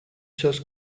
söz